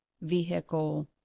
vehicle